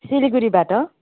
सिलिगुडीबाट